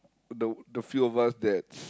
the the few of us that's